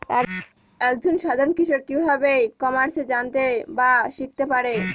এক জন সাধারন কৃষক কি ভাবে ই কমার্সে জানতে বা শিক্ষতে পারে?